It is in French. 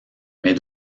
mais